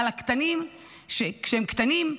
שכשהם קטנים,